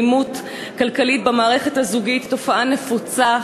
אלימות כלכלית במערכת הזוגית היא תופעה נפוצה,